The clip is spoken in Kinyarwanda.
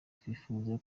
twifuza